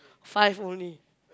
five only